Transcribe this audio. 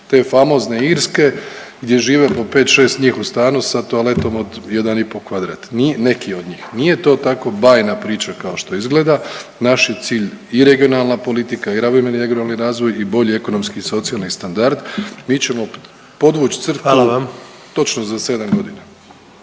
te famozne Irske gdje žive po pet, šest njih u stanu sa toaletom od 1,5 kvadrat neki od njih. Nije to tako bajna priča kao što izgleda. Naš je cilj i regionalna politika i ravnomjerni regionalni razvoj i bolji ekonomski i socijalni standard. Mi ćemo podvuć crtu…/Upadica